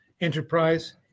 enterprise